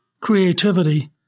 creativity